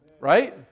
Right